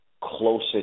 closer